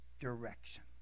direction